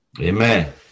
Amen